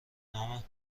نام